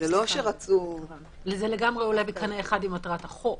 זה לגמרי עולה בקנה אחד עם מטרת החוק.